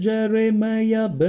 Jeremiah